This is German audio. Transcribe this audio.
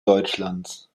deutschlands